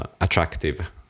attractive